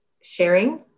sharing